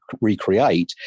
recreate